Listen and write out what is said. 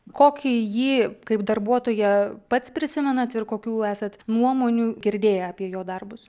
kokį jį kaip darbuotoją pats prisimenat ir kokių esat nuomonių girdėję apie jo darbus